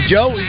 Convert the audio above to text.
Joe